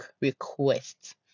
requests